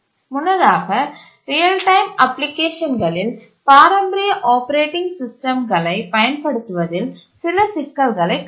முன்னதாக real time அப்ளிகேஷன்களில் பாரம்பரிய ஆப்பரேட்டிங் சிஸ்டம்களைப் பயன்படுத்துவதில் சில சிக்கல்களைக் கண்டோம்